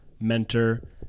mentor